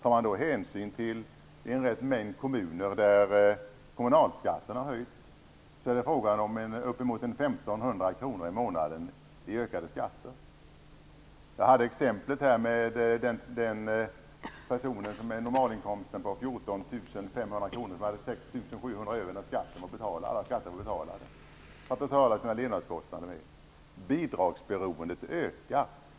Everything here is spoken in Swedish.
Om hänsyn tas till den mängd kommuner där kommunalskatten höjts, blir det fråga om uppemot Jag tog här exemplet med den person som med normalinkomsten 14 500 kr hade 6 700 kr över när skatten var betald att betala sina levnadskostnader med. Bidragsberoendet ökar.